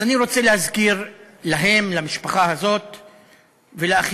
אז אני רוצה להזכיר להם, למשפחה הזאת ולאחרים,